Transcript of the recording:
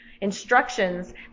instructions